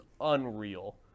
unreal